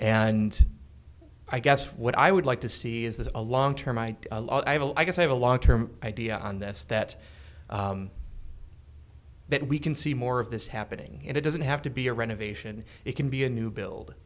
and i guess what i would like to see is this a long term evil i guess i have a long term idea on this that that we can see more of this happening and it doesn't have to be a renovation it can be a new